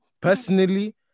personally